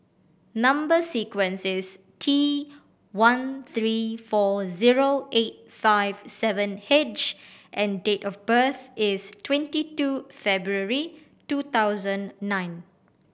number sequence is T one three four zero eight five seven H and date of birth is twenty two February two thousand nine